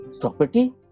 property